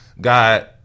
God